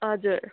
हजुर